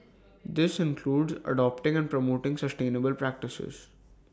this includes adopting and promoting sustainable practices